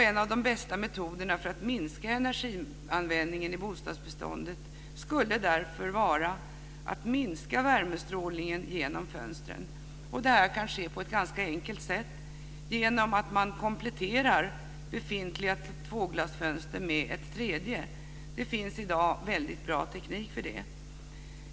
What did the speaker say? En av de bästa metoderna för att minska energianvändningen i bostadsbeståndet skulle därför vara att minska värmestrålningen genom fönstren. Det här kan ske på ett ganska enkelt sätt genom att man kompletterar befintliga tvåglasfönster med ett tredje. Det finns i dag väldigt bra teknik för det.